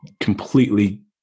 completely